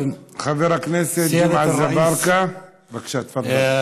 טוב, חבר הכנסת ג'מעה אזברגה, בבקשה, תפדל.